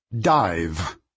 Dive